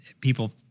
people